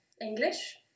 English